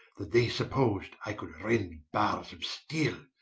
that they suppos'd i could rend barres of steele,